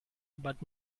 but